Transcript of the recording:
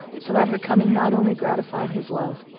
so that her coming not only gratified his love,